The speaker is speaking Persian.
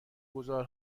گذار